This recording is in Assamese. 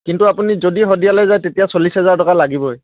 কিন্তু আপুনি যদি শদিয়ালৈ যায় তেতিয়া চল্লিছ হাজাৰ টকা লাগিবই